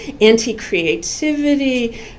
anti-creativity